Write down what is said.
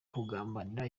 kugambanira